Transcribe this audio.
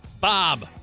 Bob